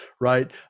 right